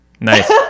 Nice